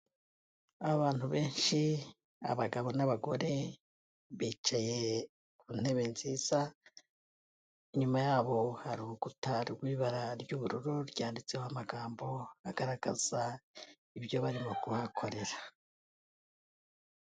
Abantu benshi abagabo n'abagore bicaye ku ntebe nziza, inyuma yabo hari urukuta rw'ibara ry'ubururu ryanditseho amagambo agaragaza ibyo barimo kuhakorera.